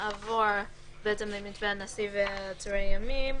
למערכות --- אבל הדברים פה הם לא רק על הנתונים.